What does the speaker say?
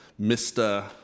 Mr